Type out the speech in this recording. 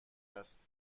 است